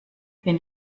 wen